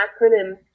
acronym